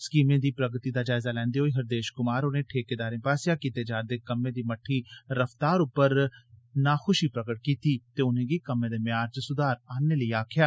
स्कीमें दी प्रगति दा जायजा लैंदे होई हिंदेश कुमार होरें ठेकेदारें पास्सेआ कीते जा रदे कम्में दी मट्ठी रफ्तार पर नराजुगी प्रकट कीती ते उनेंगी कम्में दे म्यार च सुधार करने लेई आक्खेआ